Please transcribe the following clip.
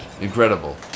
Incredible